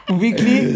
weekly